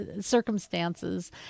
circumstances